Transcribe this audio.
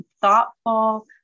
thoughtful